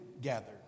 gathered